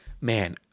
man